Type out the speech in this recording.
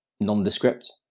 nondescript